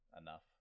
enough